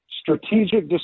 Strategic